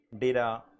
data